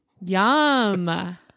yum